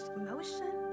emotion